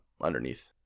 underneath